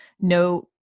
no